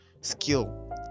skill